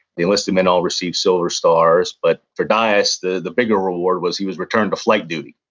the enlisted men all received silver stars. but for dyess, the the bigger reward was he was returned to flight duty.